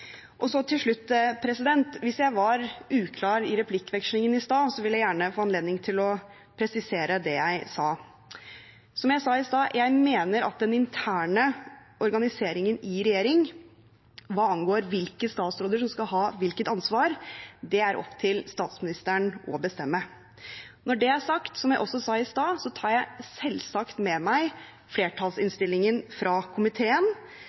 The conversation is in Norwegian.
Til slutt: Hvis jeg var uklar i replikkvekslingen i stad, vil jeg gjerne få anledning til å presisere det jeg sa. Som jeg sa i stad, mener jeg at den interne organiseringen i regjering, hva angår hvilke statsråder som skal ha hvilket ansvar, er det opp til statsministeren å bestemme. Når det er sagt, tar jeg, som jeg også sa i stad, selvsagt med meg flertallsinnstillingen fra komiteen,